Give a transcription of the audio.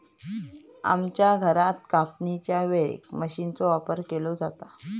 आमच्या घरात कापणीच्या वेळेक मशीनचो वापर केलो जाता